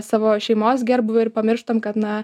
savo šeimos gerbūvį ir pamirštam kad na